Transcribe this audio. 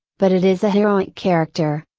but it is a heroic character,